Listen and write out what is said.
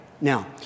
Now